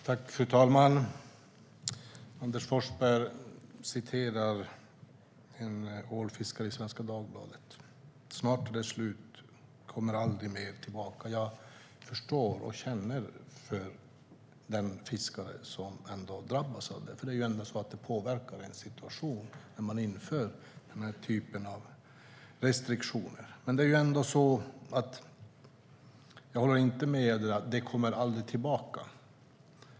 Fru talman! Anders Forsberg citerade en ålfiskare i Svenska Dagbladet. Snart är det slut och kommer aldrig mer tillbaka, sa fiskaren. Jag känner för de fiskare som drabbas, för det är klart att det påverkar situationen när man inför den här typen av restriktioner. Men jag håller inte med om att det aldrig kommer tillbaka.